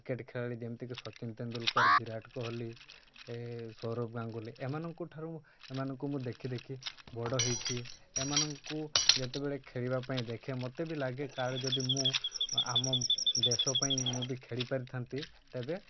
cricket ଖେଳାଳି ଯେମିତିକି ସଚ୍ଚିନ୍ ତେନ୍ଦୁଲକର ବିରାଟ କୋହଲି ସୌରଭ ଗାଙ୍ଗୁଲି ଏମାନଙ୍କଠାରୁ ମୁଁ ଏମାନଙ୍କୁ ମୁଁ ଦେଖି ଦେଖି ବଡ଼ ହେଇଛି ଏମାନଙ୍କୁ ଯେତେବେଳେ ଖେଳିବା ପାଇଁ ଦେଖେ ମୋତେ ବି ଲାଗେ କାଳେ ଯଦି ମୁଁ ଆମ ଦେଶ ପାଇଁ ମୁଁ ବି ଖେଳିପାରିଥାନ୍ତି ତେବେ